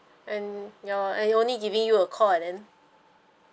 and your and only giving you a call and then